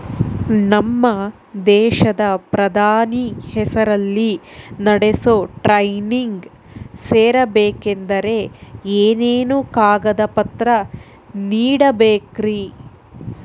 ನಮ್ಮ ದೇಶದ ಪ್ರಧಾನಿ ಹೆಸರಲ್ಲಿ ನಡೆಸೋ ಟ್ರೈನಿಂಗ್ ಸೇರಬೇಕಂದರೆ ಏನೇನು ಕಾಗದ ಪತ್ರ ನೇಡಬೇಕ್ರಿ?